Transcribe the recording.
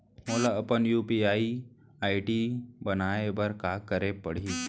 मोला अपन UPI ID बनाए बर का करे पड़ही?